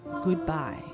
goodbye